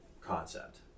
concept